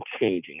changing